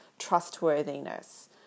Trustworthiness